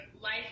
life